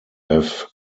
have